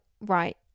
right